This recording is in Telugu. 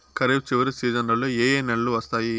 ఖరీఫ్ చివరి సీజన్లలో ఏ ఏ నెలలు వస్తాయి